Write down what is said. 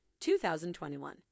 2021